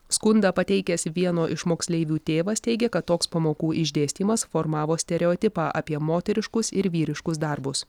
skundą pateikęs vieno iš moksleivių tėvas teigia kad toks pamokų išdėstymas formavo stereotipą apie moteriškus ir vyriškus darbus